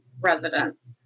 residents